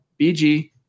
BG